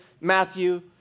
Matthew